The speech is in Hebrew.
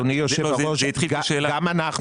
גם אנחנו